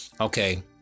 Okay